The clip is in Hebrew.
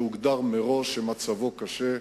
שהוגדר מראש שמצבו קשה,